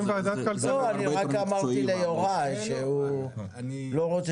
אני רק אומר את זה ליוראי שהוא לא רוצה